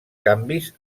canvis